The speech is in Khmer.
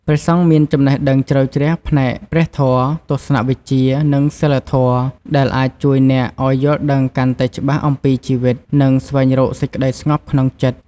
ព្រះសង្ឃមានចំណេះដឹងជ្រៅជ្រះផ្នែកព្រះធម៌ ទស្សនវិជ្ជា និងសីលធម៌ ដែលអាចជួយអ្នកឱ្យយល់ដឹងកាន់តែច្បាស់អំពីជីវិត និងស្វែងរកសេចក្តីស្ងប់ក្នុងចិត្ត។